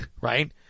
right